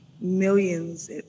millions